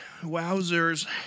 Wowzers